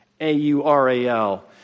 A-U-R-A-L